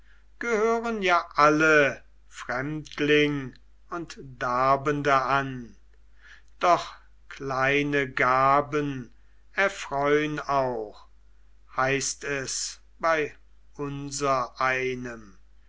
gehören ja alle fremdling und darbende an doch kleine gaben erfreun auch heißt es bei